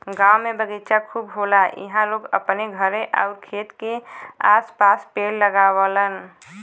गांव में बगीचा खूब होला इहां लोग अपने घरे आउर खेत के आस पास पेड़ लगावलन